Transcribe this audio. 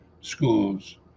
schools